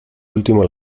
último